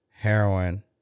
Heroin